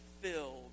filled